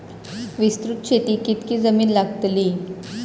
विस्तृत शेतीक कितकी जमीन लागतली?